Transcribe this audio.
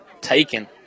Taken